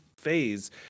phase